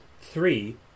Three